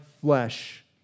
flesh